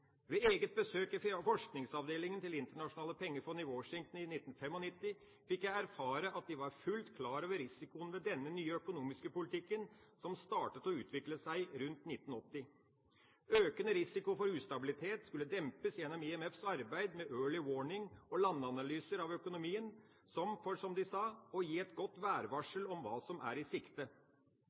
Ved eget besøk ved forskningsavdelingen til Det internasjonale pengefondet i Washington i 1995 fikk jeg erfare at de var fullt klar over risikoen ved denne nye økonomiske politikken, som startet å utvikle seg rundt 1980. Økende risiko for ustabilitet skulle dempes gjennom IMFs arbeid med Early Warning og landanalyser av økonomien for, som de sa, å gi et godt værvarsel om hva som er i sikte.